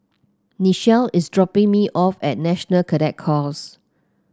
Nichelle is dropping me off at National Cadet Corps